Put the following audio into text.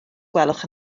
gwelwch